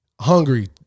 hungry